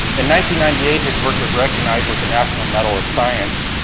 and ninety ninety eight, his work was recognized with the national medal of science,